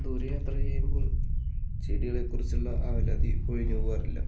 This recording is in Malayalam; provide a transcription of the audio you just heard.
ദൂരെ യാത്ര ചെയ്യുമ്പോൾ ചെടികളെക്കുറിച്ചുള്ള ആവലാതി ഒഴിഞ്ഞ് പോവാറില്ല